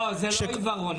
לא, זה לא עיוורון.